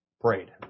prayed